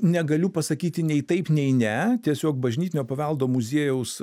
negaliu pasakyti nei taip nei ne tiesiog bažnytinio paveldo muziejaus